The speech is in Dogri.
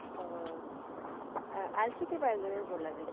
हैल्थ सुपरवाइजर होर बोल्ला दे